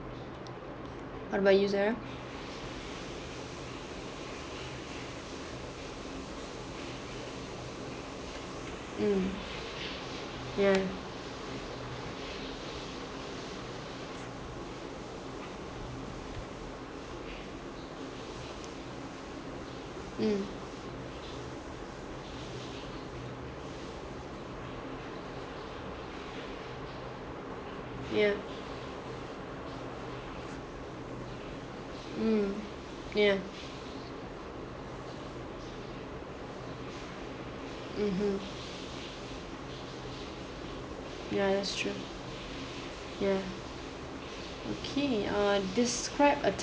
what about you sara mm yeah mm yeah mm yeah mmhmm ya that's true yeah okay err describe a